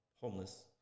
homeless